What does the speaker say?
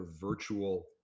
virtual